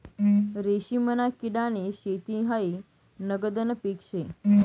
रेशीमना किडानी शेती हायी नगदनं पीक शे